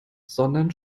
sondern